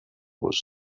was